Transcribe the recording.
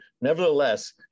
Nevertheless